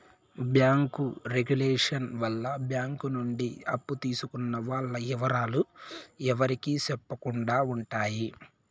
bank regulation వల్ల bank నుండి అప్పు తీసుకున్న వాల్ల ఇవరాలు ఎవరికి సెప్పకుండా ఉంటాయి